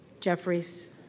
Jeffries